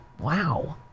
wow